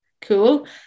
cool